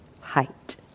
height